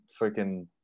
freaking